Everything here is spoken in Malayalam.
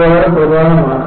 ഇത് വളരെ പ്രധാനമാണ്